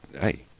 hey